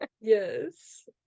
yes